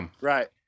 Right